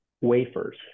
wafers